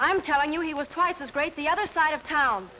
i'm telling you he was twice as great the other side of town